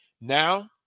now